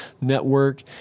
network